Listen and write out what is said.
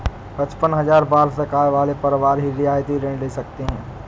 पचपन हजार वार्षिक आय वाले परिवार ही रियायती ऋण ले सकते हैं